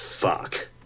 fuck